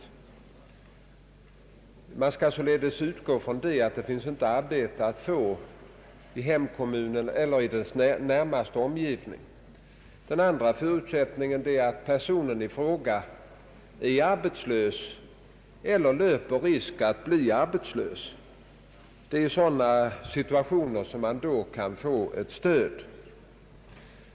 Utgångspunkten är således att det inte finns arbete att få i hemkommunen eller i dess närmaste omgivning. En annan förutsättning är alt personen i fråga är arbetslös eller löper risk att bli det. I sådana situationer kan man få stöd.